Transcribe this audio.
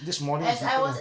this morning is different